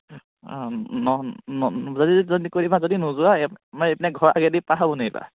অঁ যদি কৈ দিবা যদি নোযোৱা আমাৰ এইপিনে ঘৰৰ আগেদি পাৰ হ'ব নোৱাৰিবা